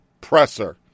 presser